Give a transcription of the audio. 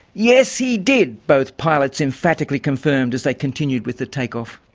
yes, he did, both pilots emphatically confirmed, as they continued with the take off.